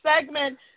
segment